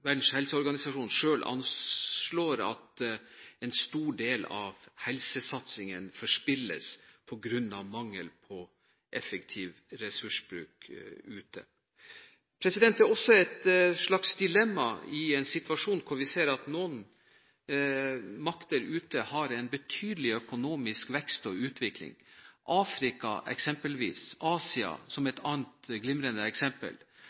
anslår at en stor del av helsesatsingen forspilles på grunn av mangel på effektiv ressursbruk ute. Det er også et slags dilemma i en situasjon hvor vi ser at noen makter ute har en betydelig økonomisk vekst og utvikling – Afrika, eksempelvis, og Asia som et annet glimrende eksempel